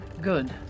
Good